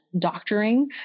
doctoring